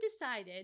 decided